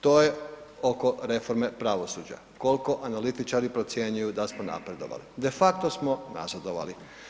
To je oko reforme pravosuđa, kolko analitičari procjenjuju da smo napredovali, de facto smo nazadovali.